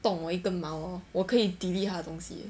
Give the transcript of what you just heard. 懂我一根毛 hor 我可以 delete 她的东西耶